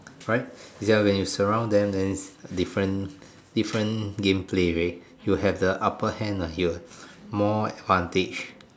right you hear what I mean surround them then different different game play already you have the upper game here more advantage